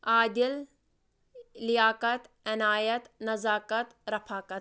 عادل لیاقت عنایت نزاکت رفاقت